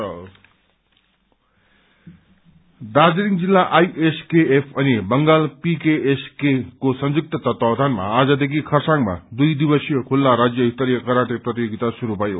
karate Darjeeling जिल्ला IS को F अनि बंगाल पीके एस के को संयुक्त तत्वावधानमा आजदेखि खरसाङमा दुई दिवसीय खुल्ला राज्य स्तरीय कराटे प्रतियोगिता शुरू भयो